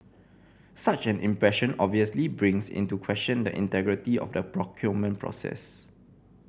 such an impression obviously brings into question the integrity of the procurement process